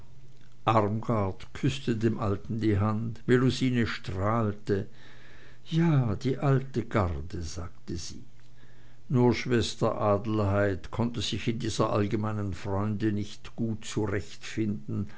küßte dem alten die hand melusine strahlte ja die alte garde sagte sie nur schwester adelheid konnte sich in dieser allgemeinen freude nicht gut zurechtfinden